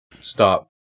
stop